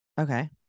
Okay